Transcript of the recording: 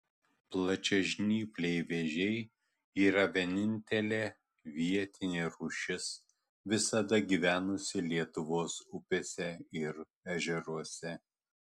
plačiažnypliai vėžiai yra vienintelė vietinė rūšis visada gyvenusi lietuvos upėse ir ežeruose